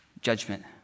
judgment